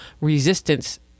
resistance